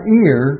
ear